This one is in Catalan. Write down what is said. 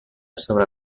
sobre